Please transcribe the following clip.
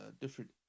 different